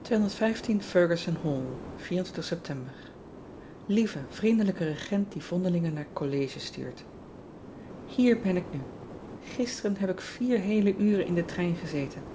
eptember ieve vriendelijke egent die ondelingen naar ollege stuurt ier ben ik nu isteren heb ik vier heele uren in den trein gezeten